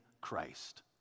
Christ